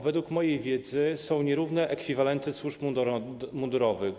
Według mojej wiedzy są nierówne ekwiwalenty służb mundurowych.